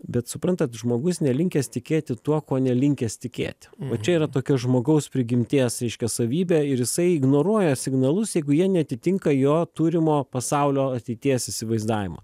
bet suprantat žmogus nelinkęs tikėti tuo ko nelinkęs tikėti va čia yra tokia žmogaus prigimties reiškia savybė ir jisai ignoruoja signalus jeigu jie neatitinka jo turimo pasaulio ateities įsivaizdavimo